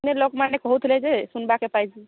ଲୋକମାନେ କହୁଥିଲେ ଯେ ଶୁଣିବାକୁ ପାଇଛୁ